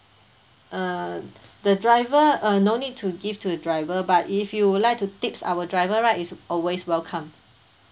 uh the driver uh no need to give to the driver but if you would like to tips our driver right is always welcome